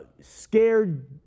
scared